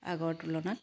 আগৰ তুলনাত